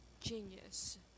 genius